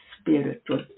spiritual